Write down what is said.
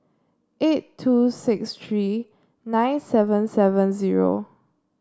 eight two six three nine seven seven zero